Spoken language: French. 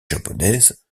japonaises